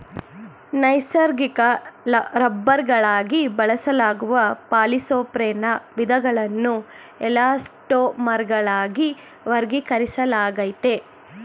ನೈಸರ್ಗಿಕ ರಬ್ಬರ್ಗಳಾಗಿ ಬಳಸಲಾಗುವ ಪಾಲಿಸೊಪ್ರೆನ್ನ ವಿಧಗಳನ್ನು ಎಲಾಸ್ಟೊಮರ್ಗಳಾಗಿ ವರ್ಗೀಕರಿಸಲಾಗಯ್ತೆ